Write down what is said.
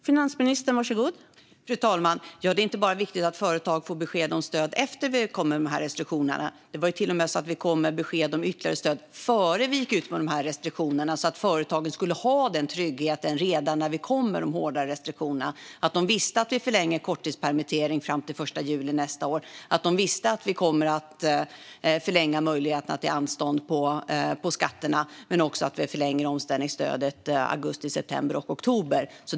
Fru talman! Det är inte bara viktigt att företag får besked om stöd efter att vi kommit med restriktionerna. Det var till och med så att vi kom med besked om ytterligare stöd innan vi gick ut med restriktionerna, så att företagen skulle ha den tryggheten redan när vi kom med de hårda restriktionerna. De visste att vi förlänger korttidspermitteringen fram till den 1 juli nästa år. De visste att vi kommer att förlänga möjligheterna till anstånd med skatterna. Det var också så att vi förlängde omställningsstödet under augusti, september och oktober.